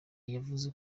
yavuze